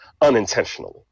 unintentionally